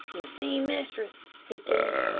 ye see, mistress, he said,